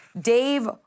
Dave